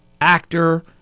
actor